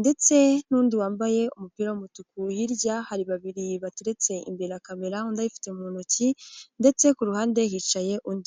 ndetse n'undi wambaye umupira w'umutuku, hirya hari babiri bateretse imbere kamera undi ayifite mu ntoki ndetse ku ruhande hicaye undi.